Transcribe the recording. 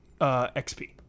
XP